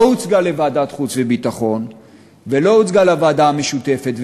לא הוצגה לוועדת חוץ וביטחון ולא הוצגה לוועדה המשותפת,